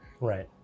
right